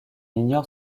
ignore